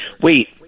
wait